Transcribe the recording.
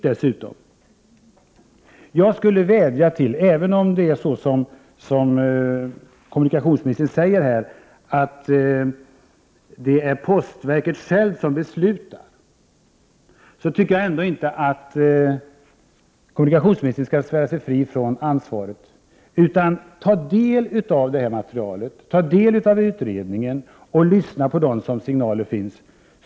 Jag vädjar till kommunikationsministern — även om det enligt kommunikationsministern är postverket självt som beslutar tycker jag inte att han skall svära sig fri från ansvaret — att ta del av utredningen och lyssna på de signaler som finns.